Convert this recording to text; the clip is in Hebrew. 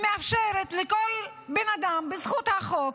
היא מאפשרת לכל בן אדם, בזכות החוק,